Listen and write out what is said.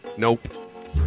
Nope